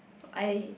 I